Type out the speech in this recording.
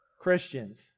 Christians